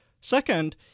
Second